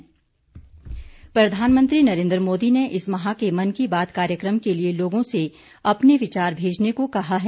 मन की बात प्रधानमंत्री नरेन्द्र मोदी ने इस माह के मन की बात कार्यक्रम के लिए लोगों से अपने विचार भेजने को कहा है